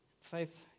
Faith